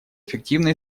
эффективно